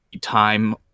time